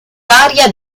varia